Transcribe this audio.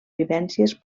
vivències